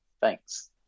Thanks